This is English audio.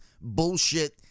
bullshit